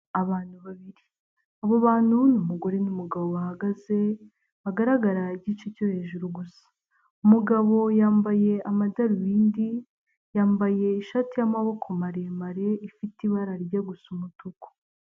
Abantu babiri, abo bantu n'umugore n'umugabo bahagaze bagaragara igice cyo hejuru gusa. Umugabo yambaye amadarubindi, yambaye ishati y'amaboko maremare ifite ibara rijya gusa umutuku.